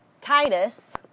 Titus